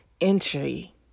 entry